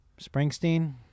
Springsteen